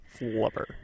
Flubber